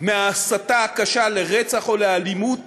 מההסתה הקשה לרצח או לאלימות